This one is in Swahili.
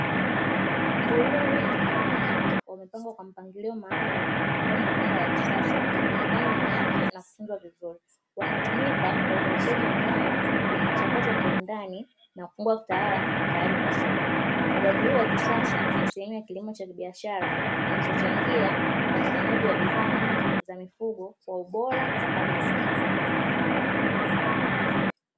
Nguruwe wengi wa nyama wamepangwa kwa mpangilio maalum ndani ya banda la kisasa, wakionekana wenye afya na kufugwa vizuri. Wanatumika kwa uzalishaji wa nyama inayochakatwa kiwandani, na kuwa tayari kwa soko. Ufugaji huu wa kisasa ni sehemu ya kilimo cha kibiashara, kinachochangia upatikanaji wa bidhaa nyingi za mifugo kwa ubora wa hali ya juu.